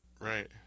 Right